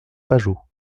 pajot